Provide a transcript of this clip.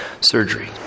surgery